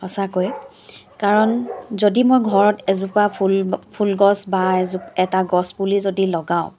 সঁচাকৈ কাৰণ যদি মই ঘৰত এজোপা ফুল ফুলগছ বা এজো এটা গছপুলি যদি লগাওঁ